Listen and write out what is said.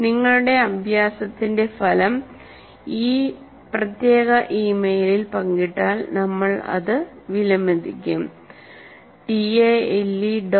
നിങ്ങളുടെ അഭ്യാസത്തിന്റെ ഫലം ഈ പ്രത്യേക ഇമെയിലിൽ പങ്കിട്ടാൽ നമ്മൾ ഇത് വിലമതിക്കും tale